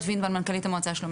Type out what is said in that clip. אחת?